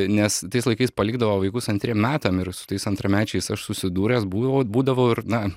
nes tais laikais palikdavo vaikus antriem metam ir su tais antramečiais aš susidūręs būdavo vat būdavau ir na